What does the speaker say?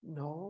no